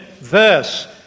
verse